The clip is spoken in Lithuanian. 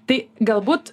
tai galbūt